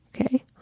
Okay